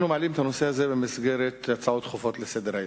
אנחנו מעלים את הנושא הזה במסגרת הצעות דחופות לסדר-היום.